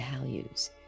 values